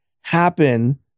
happen